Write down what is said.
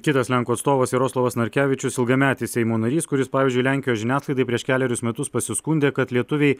kitas lenkų atstovas jaroslavas narkevičius ilgametis seimo narys kuris pavyzdžiui lenkijos žiniasklaidai prieš kelerius metus pasiskundė kad lietuviai